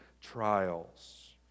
trials